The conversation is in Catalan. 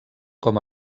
com